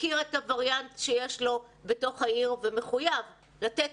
מכיר את הווריאנט שיש לו בתוך העיר ומחויב לתת